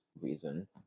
reason